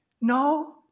No